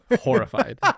Horrified